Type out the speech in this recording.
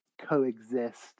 coexist